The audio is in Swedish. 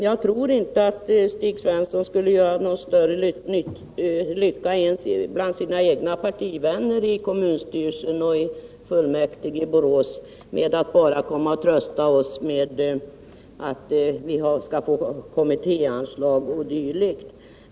Jag tror inte Sten Svensson skulle göra någon större lycka ens bland sina egna partivänner i kommunstyrelsen och i fullmäktige i Borås genom att bara komma och trösta oss med att vi skall få kommittéanslag o.d.